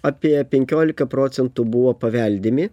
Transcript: apie penkiolika procentų buvo paveldimi